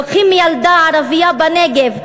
לוקחים מילדה ערבייה בנגב,